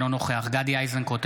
אינו נוכח גדי איזנקוט,